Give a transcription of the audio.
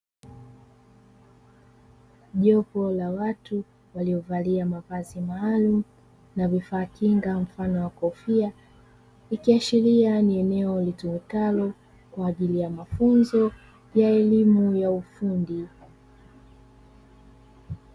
Jopo la watu wliovalia mavazi maalumu na vifaa kinga mfano wa kofia ikiashiria ni eneo ikiashiria ni eneo eneo litumikalo kwa ajili ya mafunzo ya elimu ya ufundi.